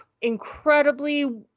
incredibly